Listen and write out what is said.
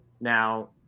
Now